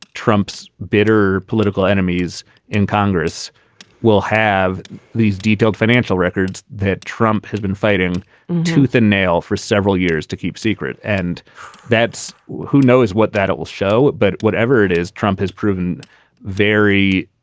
trump's bitter political enemies in congress will have these detailed financial records that trump has been fighting tooth and nail for several years to keep secret. and that's who knows what that it will show. but whatever it is, trump has proven very,